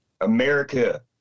America